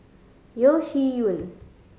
Yeo Shih Yun